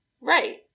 Right